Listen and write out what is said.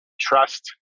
trust